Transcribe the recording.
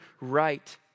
right